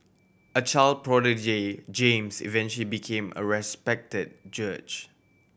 a child prodigy James eventually became a respected judge